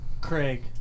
Craig